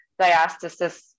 diastasis